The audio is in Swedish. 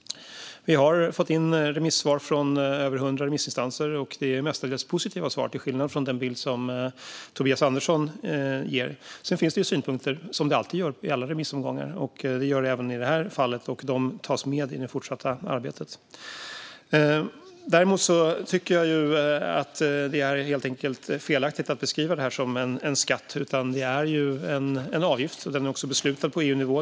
Vi har fått in remissvar från över 100 remissinstanser. Svaren är mestadels positiva, till skillnad från den bild som Tobias Andersson ger. Sedan finns det ju synpunkter, som det gör i alla remissomgångar, även i detta fall. De tas med i det fortsatta arbetet. Däremot tycker jag att det helt enkelt är felaktigt att beskriva det här som en skatt. Det är ju en avgift, som också är beslutad på EU-nivå.